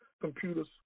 computers